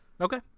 Okay